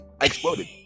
exploded